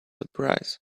surprise